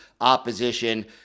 opposition